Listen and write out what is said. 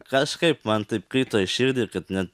kažkaip man taip krito į širdį kad net